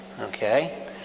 Okay